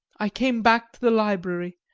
i came back to the library,